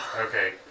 Okay